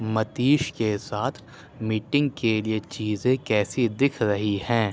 متیش کے ساتھ مِیٹنگ کے لیے چیزیں کیسی دِکھ رہی ہیں